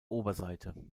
oberseite